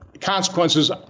consequences